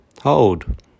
hold